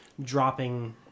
dropping